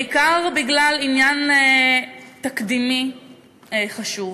בעיקר בגלל עניין תקדימי חשוב.